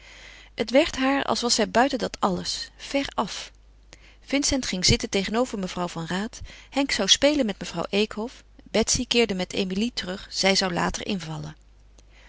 het werd haar als was zij buiten dat alles ver af vincent ging zitten tegenover mevrouw van raat henk zou spelen met mevrouw eekhof betsy keerde met emilie terug zij zou later invallen